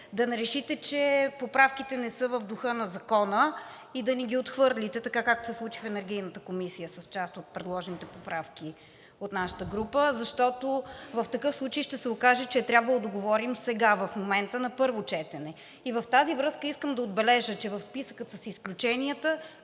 да не решите, че поправките не са в духа на Закона и да ни ги отхвърлите, както се случи в Енергийната комисия с част от предложените поправки от нашата група, защото в такъв случай ще се окаже, че е трябвало да говорим сега, в момента на първо четене. В тази връзка искам да отбележа, че в списъка с изключенията